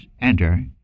enter